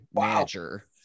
manager